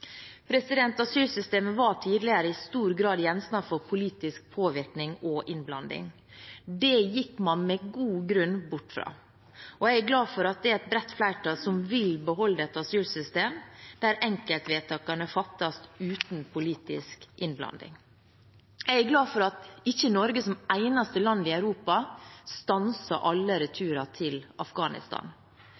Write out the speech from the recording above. Asylsystemet var tidligere i stor grad gjenstand for politisk påvirkning og innblanding. Det gikk man med god grunn bort fra. Jeg er glad for at det er et bredt flertall som vil beholde et asylsystem der enkeltvedtakene fattes uten politisk innblanding. Jeg er glad for at ikke Norge som eneste land i Europa stanser alle returer til Afghanistan.